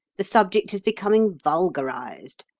the subject is becoming vulgarised.